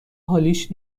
حالیش